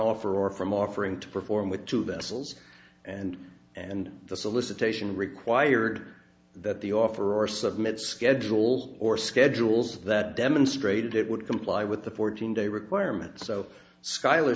offer or from offering to perform with two vessels and and the solicitation required that the offer or submit schedule or schedules that demonstrated it would comply with the fourteen day requirement so skyl